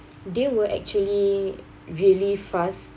they were actually really fast